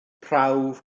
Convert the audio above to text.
prawf